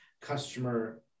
customer